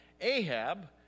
Ahab